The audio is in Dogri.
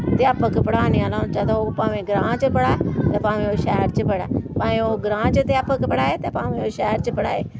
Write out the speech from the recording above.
अध्यापक पढ़ाने आह्ला होना चाहिदा ते ओह् भामें ग्रां च पढ़ै ते भामें ओह् शैह्र च पढ़ै भाएं ओह् ग्रां च अध्यापक पढ़ाए ते भाएं ओह् शैह्र च पढ़ाए